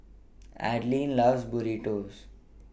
Adilene loves Burritos